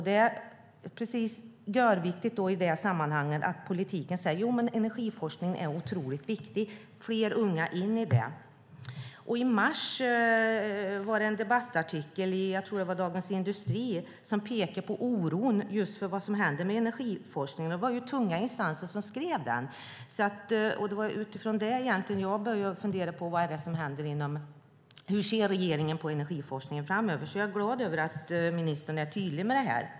Det är görviktigt i det sammanhanget att politiken säger: Jo, men energiforskningen är otroligt viktig. Fler unga ska in i det. I mars var det en debattartikel i Dagens Industri, tror jag, där man pekade på oron för vad som händer med energiforskningen. Det var tunga instanser som skrev den, och det var utifrån den som jag egentligen började fundera på vad det är som händer och på hur regeringen ser på energiforskningen framöver. Därför är jag glad över att ministern är tydlig med det här.